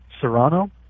Serrano